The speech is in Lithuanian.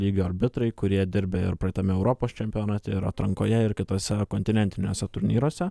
lygio arbitrai kurie dirbę ir praeitame europos čempionate ir atrankoje ir kituose kontinentiniuose turnyruose